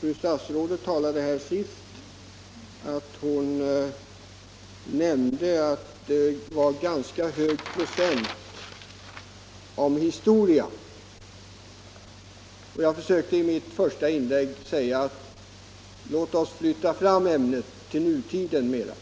fru statsrådet i sitt senaste anförande nämnde att det är en ganska hög procentandel av undervisningen i ämnet som avser historia. Jag försökte i mitt första inlägg säga: Låt oss flytta fram ämnet till nutiden!